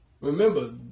Remember